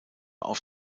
auf